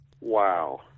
Wow